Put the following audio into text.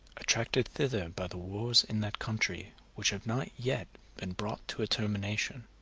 attracted thither by the wars in that country, which have not yet been brought to a termination